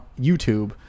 YouTube